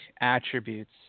attributes